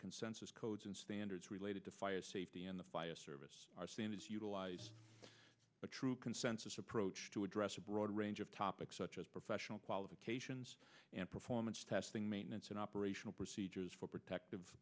consensus codes and standards related to fire safety and the fire service our standards utilize a true consensus approach to address a broad range of topics such as professional qualifications and performance testing maintenance and operational procedures for protective